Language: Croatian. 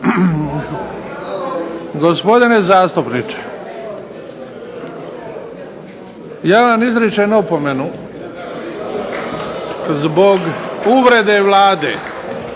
Gospodine zastupniče, ja vam izričem opomenu zbog uvrede Vlade,